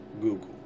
Google